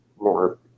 more